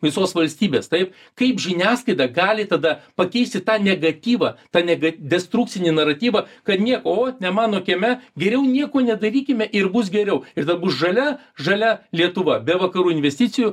visos valstybės taip kaip žiniasklaida gali tada pakeisti tą negatyvą tą nega destrukcinį naratyvą kad nieko o ne mano kieme geriau nieko nedarykime ir bus geriau ir tada žalia žalia lietuva be vakarų investicijų